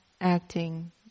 acting